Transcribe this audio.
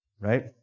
Right